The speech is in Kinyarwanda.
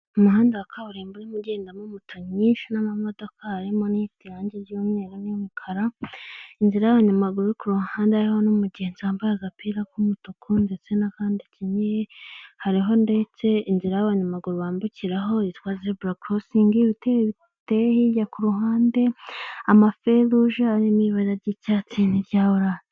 Umuhanda wa kaburimbo urimo ugendamo moto nyinshi n'amamodoka harimo n'ifite irangi ry'umweru ,ni y'umukara, inzira y'abanyamaguru kuruhande hariho n'umugeni wambaye agapira k'umutuku ndetse n'akandi akenyeye ,hariho ndetse inzira y'abanyamaguru bambukiraho yitwa zebura korosingi (zebra crosing ) ibitebe biteye hirya ku ruhande ,amaferuje arimo ibara ry'icyatsi nirya oranje.